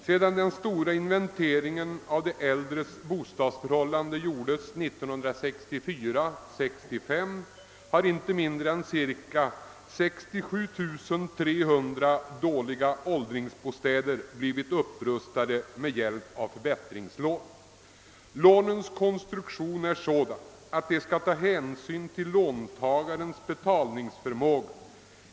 Sedan den stora inventeringen av de äldres bostadsförhållanden gjordes 1964—1965 har inte mindre än 67 300 dåliga bostäder för äldre blivit upprustade med hjälp av förbättringslån. ring». Förbättringslånen har en sådan konstruktion, att man tar hänsyn till låntagarens betalningsförmåga.